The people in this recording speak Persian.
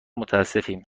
متاسفیم